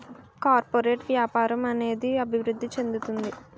corporate వ్యాపారం అనేది అభివృద్ధి చెందుతుంది